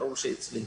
ברור שהיא אצלנו.